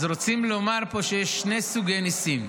אז רוצים לומר פה שיש שני סוגי ניסים: